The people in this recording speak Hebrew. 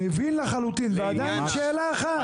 מבין לחלוטין ועדיין שאלה אחת.